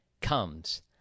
comes